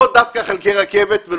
לא דווקא חלקי רכבת.